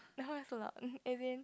now have to lock as in